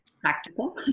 practical